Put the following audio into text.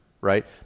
right